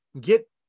get